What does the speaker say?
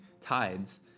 tides